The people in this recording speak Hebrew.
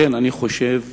לכן, אני חושב